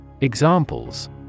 Examples